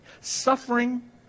suffering